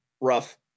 rough